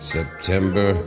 September